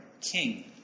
king